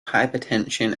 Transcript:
hypertension